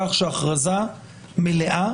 כך שהכרזה מלאה